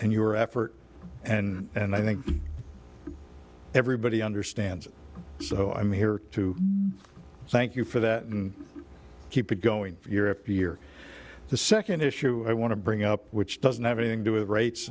and your effort and i think everybody understands it so i'm here to thank you for that and keep it going year after year the second issue i want to bring up which doesn't have anything do with rates